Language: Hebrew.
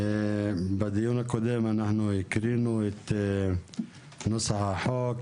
בדיון הקודם הקראנו את נוסח החוק,